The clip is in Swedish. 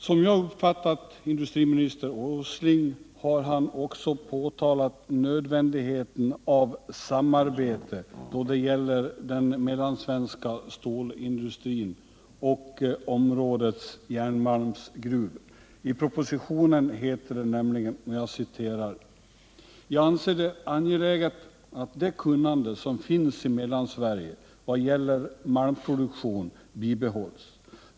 Som jag uppfattat industriminister Åsling har han också påtalat nödvändigheten av samarbete då det gäller den mellansvenska stålindustrin och områdets järnmalmsgruvor. I propositionen heter det nämligen: ”Jag anser det angeläget att det kunnande som finns i Mellansverige vad gäller malmproduktion bibehålls.